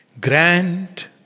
Grant